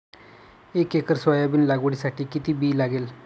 एक acre soybean लागवडीसाठी किती बी लागेल?